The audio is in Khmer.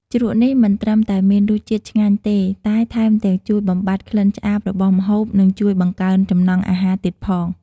ជ្រក់នេះមិនត្រឹមតែមានរសជាតិឆ្ងាញ់ទេ តែថែមទាំងជួយបំបាត់ក្លិនឆ្អាបរបស់ម្ហូប និងជួយបង្កើនចំណង់អាហារទៀតផង។